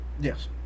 Yes